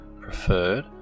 preferred